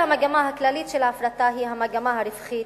המגמה הכללית של ההפרטה היא המגמה הרווחית,